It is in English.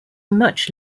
much